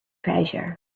treasure